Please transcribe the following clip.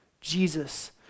Jesus